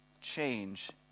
change